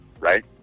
right